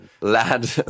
lad